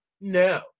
No